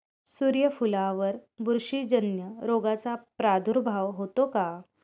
सूर्यफुलावर बुरशीजन्य रोगाचा प्रादुर्भाव होतो का?